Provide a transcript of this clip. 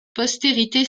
postérité